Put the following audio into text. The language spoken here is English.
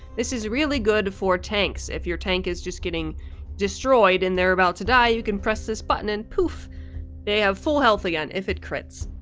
this is really good for tanks. if your tank is just getting destroyed and they're about to die, you can press this button and poof they have full health again if it crits.